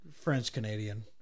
French-Canadian